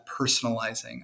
personalizing